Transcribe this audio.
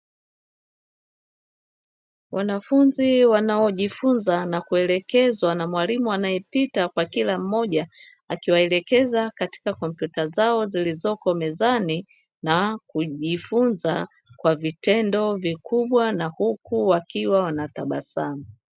Wanafunzi wanaojifunza na kuelekezwa na mwalimu anayepita kwa kila mmoja, akiwaelekeza katika kompyuta zao zilizoko mezani, na kujifunza kwa vitendo vikubwa na huku wakitabasamu.